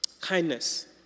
Kindness